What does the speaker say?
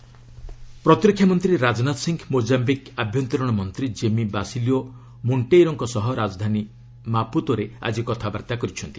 Rajnath Mozambique ପ୍ରତିରକ୍ଷା ମନ୍ତ୍ରୀ ରାଜନାଥ ସିଂହ ମୋକାୟିକ୍ ଆଭ୍ୟନ୍ତରିଣ ମନ୍ତ୍ରୀ ଜେମି ବାସିଲିଓ ମୋର୍କ୍ଷେଇରୋଙ୍କ ସହ ରାଜଧାନୀ ମାପ୍ରତୋରେ ଆଜି କଥାବାର୍ତ୍ତା କରିଛନ୍ତି